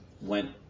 went